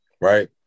Right